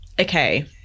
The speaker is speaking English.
Okay